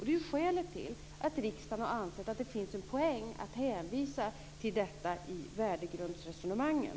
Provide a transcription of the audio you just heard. Det är därför riksdagen har ansett att det finns en poäng med att hänvisa till detta i värdegrundsresonemangen.